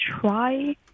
try